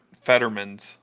Fetterman's